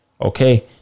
Okay